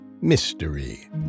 mystery